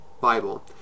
Bible